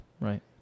Right